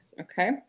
Okay